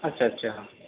اچھا اچھا ہاں